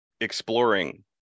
exploring